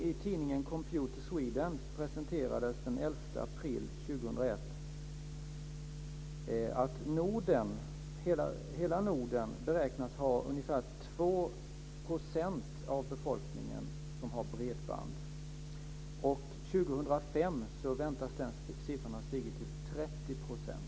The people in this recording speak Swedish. I tidningen Computer Sweden presenterades den 11 april 2001 en undersökning enligt vilken ungefär 2 % i hela Norden beräknas ha bredband. År 2005 väntas den siffran ha stigit till 30 %.